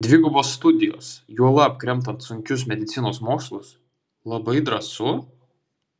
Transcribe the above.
dvigubos studijos juolab kremtant sunkius medicinos mokslus labai drąsu